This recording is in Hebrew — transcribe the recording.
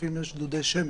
המשותפים יש דודי שמש,